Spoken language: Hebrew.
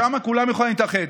שם כולם יכולים להתאחד.